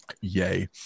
Yay